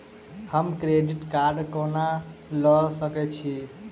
हम credit card कोना लऽ सकै छी?